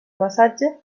massatge